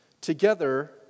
Together